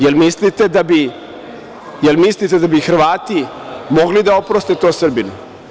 Jel mislite da bi Hrvati mogli da oproste to Srbinu?